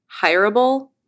hireable